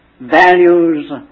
values